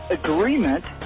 agreement